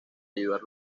ayudar